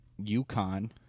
UConn